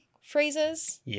phrases